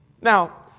Now